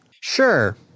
Sure